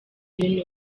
ibintu